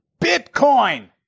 Bitcoin